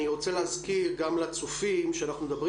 אני רוצה להזכיר גם לצופים שאנחנו מדברים